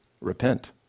Repent